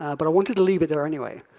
ah but i wanted to leave it there anyway.